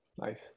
Nice